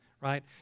right